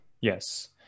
Yes